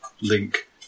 link